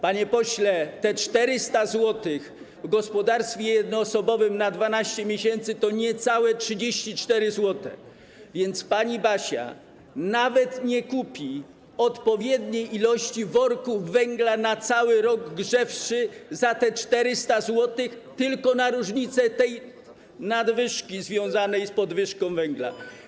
Panie pośle, te 400 zł w gospodarstwie jednoosobowym na 12 miesięcy daje niecałe 34 zł, więc pani Basia nawet nie kupi odpowiedniej liczby worków węgla na cały rok grzewczy za te 400 zł, tylko na tę różnicę tej nadwyżki związanej z podwyżką cen węgla.